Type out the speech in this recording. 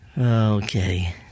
Okay